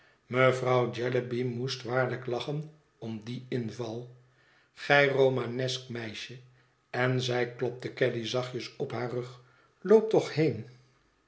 mevrouw jellyby moest waarlijk lachen om dien inval gij romanesk meisje en zij klopte caddy zachtjes op haar rug loop toch heen